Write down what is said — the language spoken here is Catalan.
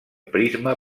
prisma